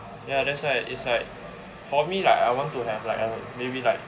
ya that's why it's like for me like I want to have like a maybe like